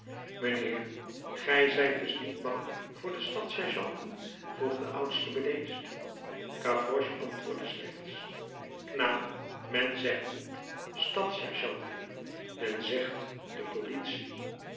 mijnheer gij zijt dus niet bang voor de stadssergeanten vroeg de oudste bedeesd gavroche antwoordde slechts knaap men zegt niet stadssergeanten men zegt de politie